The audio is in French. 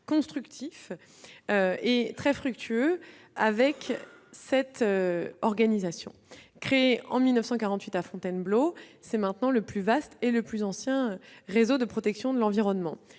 constructifs et fructueux avec cette organisation. Créée en 1948 à Fontainebleau, l'UICN est le plus vaste et le plus ancien réseau mondial de protection de l'environnement.